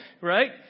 right